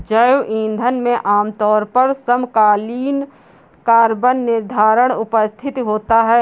जैव ईंधन में आमतौर पर समकालीन कार्बन निर्धारण उपस्थित होता है